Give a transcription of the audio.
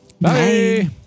bye